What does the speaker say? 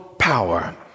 power